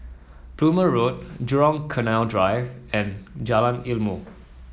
Plumer Road Jurong Canal Drive and Jalan Ilmu